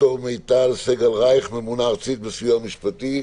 ד"ר מיטל סגל-רייך, ממונה ארצית בסיוע המשפטי.